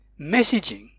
messaging